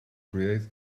create